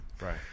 Right